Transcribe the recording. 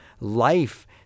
life